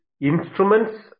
Instruments